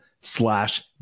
slash